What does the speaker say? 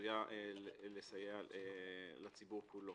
שעשויה לסייע לציבור כולו.